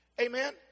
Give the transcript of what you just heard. Amen